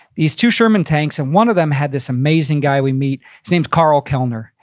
these two sherman tanks, and one of them had this amazing guy we meet, his names karl kellner.